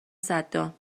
صدام